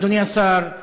אדוני השר,